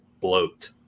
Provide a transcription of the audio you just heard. bloat